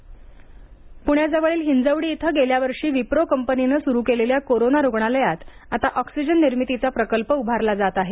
oxygen पुण्याजवळील हिंजवडी इथं गेल्या वर्षी विप्रो कंपनीनं सुरु केलेल्या कोरोना रुग्णालयात आता ऑक्सिजन निर्मितीचा प्रकल्प उभारला जात आहे